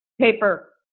paper